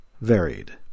varied